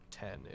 ten